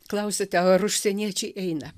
klausiate ar užsieniečiai eina